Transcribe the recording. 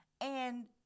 and-